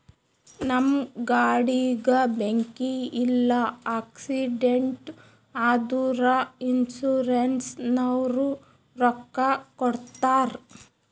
ನಮ್ ಗಾಡಿಗ ಬೆಂಕಿ ಇಲ್ಲ ಆಕ್ಸಿಡೆಂಟ್ ಆದುರ ಇನ್ಸೂರೆನ್ಸನವ್ರು ರೊಕ್ಕಾ ಕೊಡ್ತಾರ್